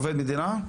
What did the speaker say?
עובד מדינה?